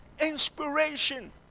inspiration